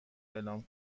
اعلام